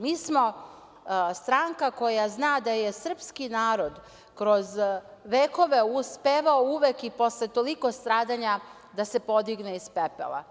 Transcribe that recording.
Mi smo stranka koja zna da je srpski narod kroz vekove uspevao uvek i posle toliko stradanja da se podigne iz pepela.